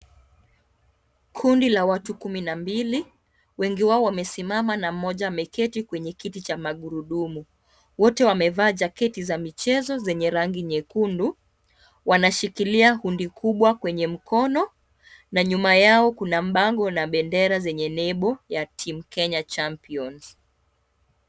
Kundi la watu kumi na mbili. Wengi wao wamesimama na mmoja ameketi kwenye kiti cha magurudumu. Wote wamevaa jaketi za michezo zenye rangi nyekundu. Wanashikilia undi kubwa kwenye mkono na nyuma yao kuna bango na bendera yenye nembo ya team Kenya champions .